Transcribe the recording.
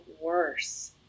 worse